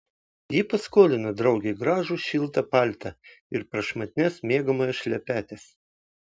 ji paskolino draugei gražų šiltą paltą ir prašmatnias miegamojo šlepetes